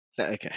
Okay